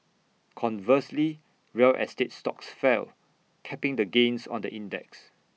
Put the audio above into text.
conversely real estate stocks fell capping the gains on the index